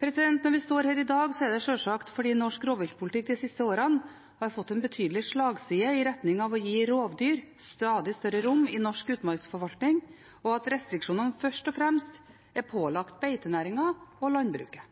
Når vi står her i dag, er det sjølsagt fordi norsk rovviltpolitikk de siste årene har fått en betydelig slagside i retning av å gi rovdyr stadig større rom i norsk utmarksforvaltning, og at restriksjonene først og fremst er pålagt beitenæringen og landbruket